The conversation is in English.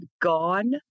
gone